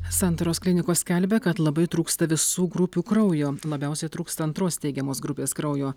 santaros klinikos skelbia kad labai trūksta visų grupių kraujo labiausiai trūksta antros teigiamos grupės kraujo